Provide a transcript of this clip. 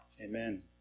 amen